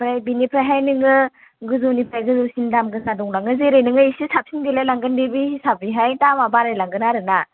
आमफ्राय बेनिफ्रायहाय नोङो गोजौनिफ्राय गोजौसिन दाम गोसा दंलाङो जोरै नोङो एसे साबसिन देलायलांगोन बे हिसाबैहाय दामा बारायलांगोन आरो ना